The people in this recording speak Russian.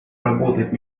работать